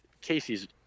Casey's